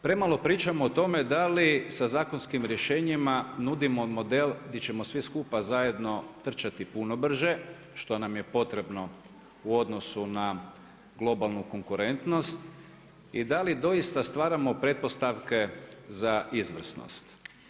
Premalo pričamo o tome da li sa zakonskim rješenjima nudimo model gdje ćemo svi skupa zajedno trčati puno brže, što nam je potrebno u odnosu na globalnu konkurentnost i da li doista stvaramo pretpostavke za izvrsnost?